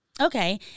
okay